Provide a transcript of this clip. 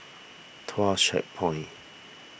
Tuas Checkpoint